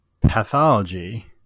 pathology